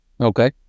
Okay